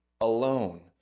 alone